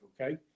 okay